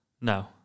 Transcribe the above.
No